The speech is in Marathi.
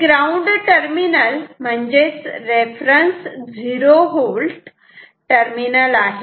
हे ग्राउंड टर्मिनल म्हणजेच रेफरन्स झिरो होल्ट टर्मिनल आहे